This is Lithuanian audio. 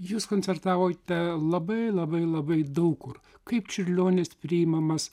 jūs koncertavote labai labai labai daug kur kaip čiurlionis priimamas